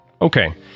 Okay